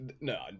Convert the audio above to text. no